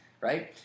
right